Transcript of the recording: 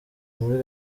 muri